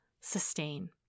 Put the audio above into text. Sustain